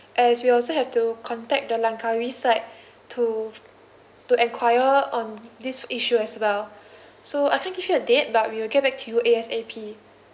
as we also have to contact the langkawi side to to enquire on this issue as well so I can't give a date but we will get back to you A_S_A_P